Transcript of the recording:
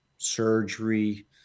surgery